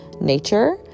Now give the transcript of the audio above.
nature